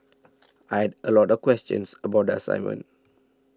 I had a lot of questions about the assignment